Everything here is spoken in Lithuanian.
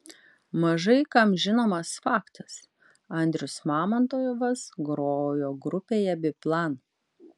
mažai kam žinomas faktas andrius mamontovas grojo grupėje biplan